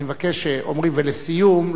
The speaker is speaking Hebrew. ולסיום,